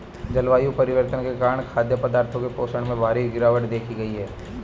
जलवायु परिवर्तन के कारण खाद्य पदार्थों के पोषण में भारी गिरवाट देखी गयी है